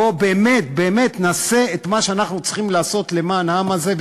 בואו באמת נעשה את מה שאנחנו צריכים לעשות למען העם הזה,